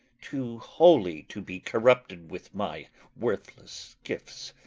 too holy, to be corrupted with my worthless gifts.